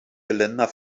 geländer